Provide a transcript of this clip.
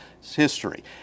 history